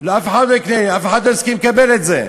אף אחד לא יסכים לקבל את זה.